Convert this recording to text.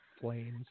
Flames